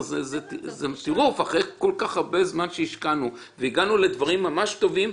זה טירוף שאחרי כל כך הרבה זמן שהשקענו והגענו לדברים ממש טובים,